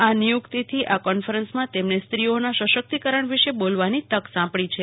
આ નિયૂકિતથી આ કોન્ફરન્સમાં તેમને સ્ત્રીઓના સશકિતકરણ વિશે બોલવાની તક સાંપડી છે